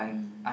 mm